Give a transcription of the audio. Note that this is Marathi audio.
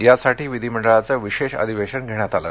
यासाठी विधिमंडळाचं विशेष अधिवेशन घेण्यात आलं